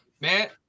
man